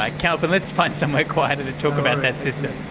ah kalpen, let's find somewhere quieter to talk about that system.